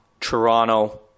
Toronto